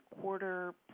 quarter